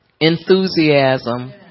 Enthusiasm